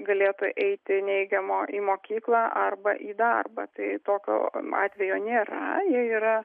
galėtų eiti neigiamo į mokyklą arba į darbą tai tokio atvejo nėra jie yra